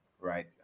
right